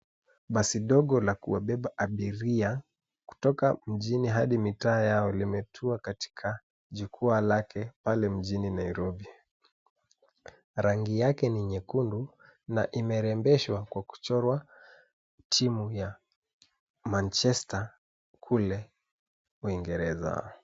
Basi dogo la kuwabeba abiria kutoka mijini hadi mitaa yao limetua katika jukwaa lake pale mjini Nairobi. Rangi yake ni nyekundu na imerembeshwa kwa kuchorwa timu ya Manchester kule uingereza.